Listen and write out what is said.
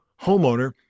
Homeowner